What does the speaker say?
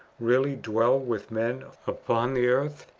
really dwell with men upon the earth?